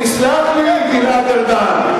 תסלח לי, גלעד ארדן.